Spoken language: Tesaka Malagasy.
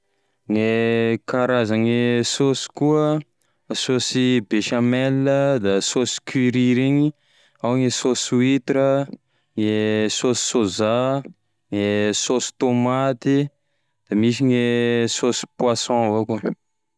Gne karazane saosy koa: saosy bechamel, da saosy curry regny, ao gne saosy huitra, gne saosy sôza, gne saosy tômaty, da misy gne saosy poisson avao koa.